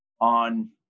on